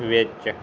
ਵਿੱਚ